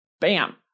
Bam